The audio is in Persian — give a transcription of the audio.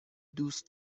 دوست